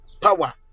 power